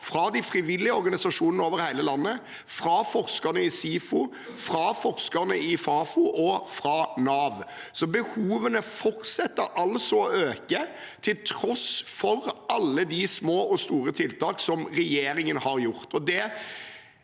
fra de frivillige organisasjonene over hele landet, fra forskerne i SIFO, fra forskerne i Fafo og fra Nav. Så behovene fortsetter altså å øke, til tross for alle de små og store tiltak som regjeringen har gjort.